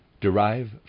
derive